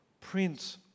Prince